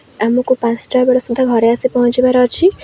ଆମକୁ ପାଞ୍ଚଟା ବେଳ ସୁଧା ଘରେ ଆସି ପହଞ୍ଚିବାର ଅଛି